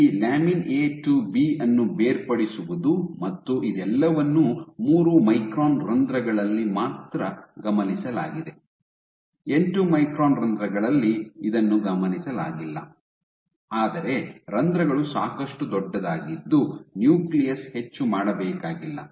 ಈ lamin A to B ಅನ್ನು ಬೇರ್ಪಡಿಸುವುದು ಮತ್ತು ಇದೆಲ್ಲವನ್ನೂ ಮೂರು ಮೈಕ್ರಾನ್ ರಂಧ್ರಗಳಲ್ಲಿ ಮಾತ್ರ ಗಮನಿಸಲಾಗಿದೆ ಎಂಟು ಮೈಕ್ರಾನ್ ರಂಧ್ರಗಳಲ್ಲಿ ಇದನ್ನು ಗಮನಿಸಲಾಗಿಲ್ಲ ಆದರೆ ರಂಧ್ರಗಳು ಸಾಕಷ್ಟು ದೊಡ್ಡದಾಗಿದ್ದು ನ್ಯೂಕ್ಲಿಯಸ್ ಹೆಚ್ಚು ಮಾಡಬೇಕಾಗಿಲ್ಲ